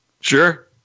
Sure